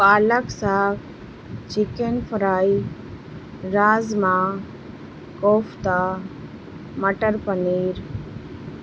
palak saag chicken fry rajma kofta matar paneer